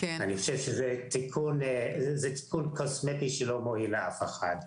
זה תיקון קוסמטי שלא מועיל לאף אחד.